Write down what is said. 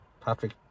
Patrick